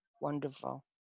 wonderful